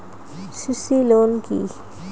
CC loan কি?